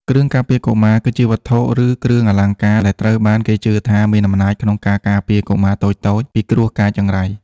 គ្រឿងការពារកុមារ គឺជាវត្ថុ ឬគ្រឿងអលង្ការដែលត្រូវបានគេជឿថាមានអំណាចក្នុងការការពារកុមារតូចៗពីគ្រោះកាចចង្រៃ។